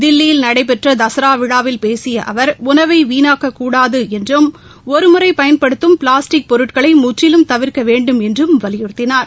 தில்லியில் நடைபெற்ற தசரா விழாவில் பேசிய அவர் உணவை வீணாக்கக்கூடாது என்றும் ஒருமுறை பயன்படுத்தும் பிளாஸ்டிக் பொருட்களை முற்றிலும் தவிர்க்க வேண்டுமென்றும் வலியுறுத்தினார்